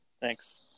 Thanks